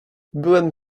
byłem